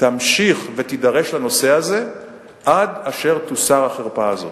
תמשיך ותידרש לנושא הזה עד אשר תוסר החרפה הזאת.